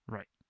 Right